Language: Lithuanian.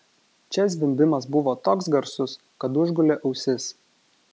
čia zvimbimas buvo toks garsus kad užgulė ausis